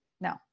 no